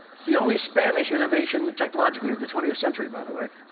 it's the only spanish innovation, technologically, of the twentieth century, by the way.